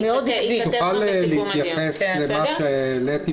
האם תוכל להתייחס אל מה שהעליתי קודם?